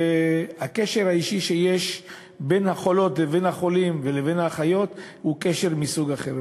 הקשר האישי שיש בין החולים לבין האחיות הוא קשר מסוג אחר.